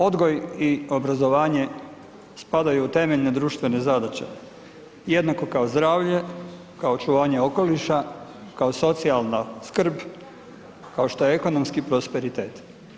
Odgoj i obrazovanje spadaju u temeljne društvene zadaće jednako kao zdravlje, kao očuvanje okoliša, kao socijalna skrb, kao što je ekonomski prosperitet.